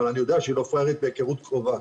אבל אני יודע שהיא לא פראיירית מהיכרות קרובה.